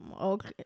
okay